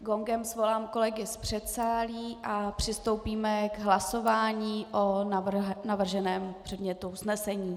Gongem svolám kolegy z předsálí a přistoupíme k hlasování o navrženém předmětu usnesení.